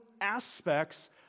aspects